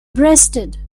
breasted